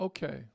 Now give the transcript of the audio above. Okay